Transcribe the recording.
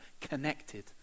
connected